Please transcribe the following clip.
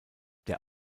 der